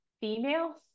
females